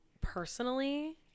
personally